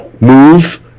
move